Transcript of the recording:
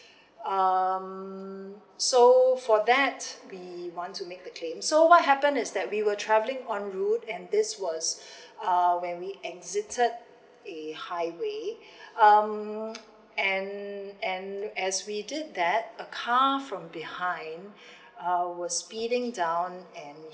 um so for that we want to make the claim so what happen is that we were travelling on road and this was uh when we exited a highway um and and as we did that a car from behind uh was speeding down and